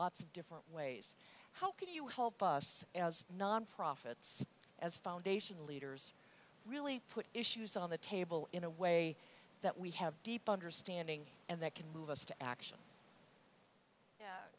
lots of different ways how could you help us as nonprofits as foundation leaders really put issues on the table in a way that we have deep understanding and that can move us to action y